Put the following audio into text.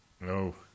No